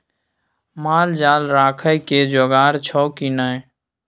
माल जाल राखय के जोगाड़ छौ की नै